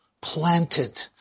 planted